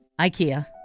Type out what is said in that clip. Ikea